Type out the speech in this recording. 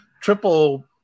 triple